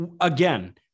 again